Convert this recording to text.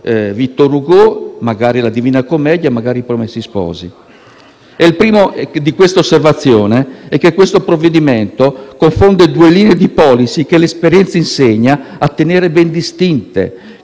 Victor Hugo, la «Divina commedia» e i «Promessi sposi». La prima di queste osservazioni è che il provvedimento confonde due linee di *policy* che l'esperienza insegna a tenere ben distinte: